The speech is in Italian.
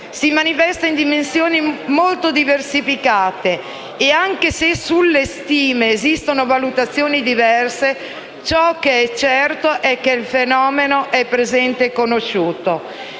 Si manifesta in dimensioni molto diversificate e, anche se sulle stime esistono valutazioni diverse, ciò che è certo è che il fenomeno è presente e conosciuto.